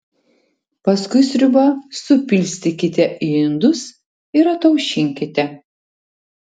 paskui sriubą supilstykite į indus ir ataušinkite